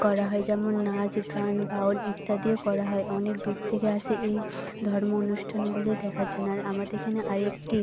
করা হয় যেমন নাচ গান বাউল ইত্যাদিও করা হয় অনেক দূর থেকে আসে এই ধর্ম অনুষ্ঠানগুলি দেখার জন্য আর আমাদের এখানে আর একটি